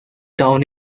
town